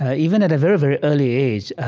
ah even at a very, very early age,